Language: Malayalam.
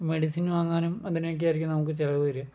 മെഡിസിൻ വാങ്ങാനും അതിനൊക്കെ ആയിരിക്കും നമുക്ക് ചിലവ് വരിക